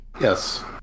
Yes